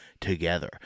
together